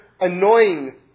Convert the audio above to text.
annoying